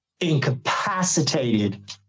incapacitated